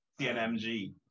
CNMG